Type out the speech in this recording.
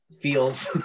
feels